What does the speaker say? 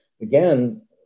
again